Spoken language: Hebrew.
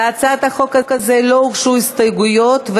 להצעת החוק הזאת לא הוגשו הסתייגויות,